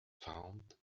found